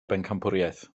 bencampwriaeth